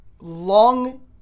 long